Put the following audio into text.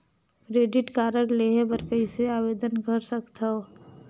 Credit card लेहे बर कइसे आवेदन कर सकथव?